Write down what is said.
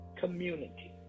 community